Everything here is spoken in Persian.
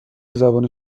زبان